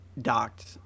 docked